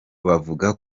bavuga